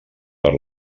per